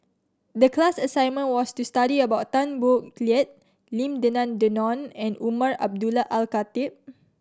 the class assignment was to study about Tan Boo Liat Lim Denan Denon and Umar Abdullah Al Khatib